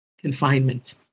confinement